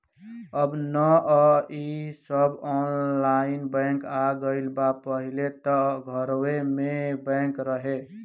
अब नअ इ सब ऑनलाइन बैंक आ गईल बा पहिले तअ डाकघरवे में बैंक रहे